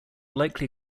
likely